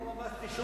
לא רמזתי שום דבר.